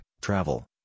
travel